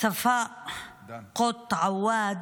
ספאא קוט עוואד,